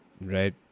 Right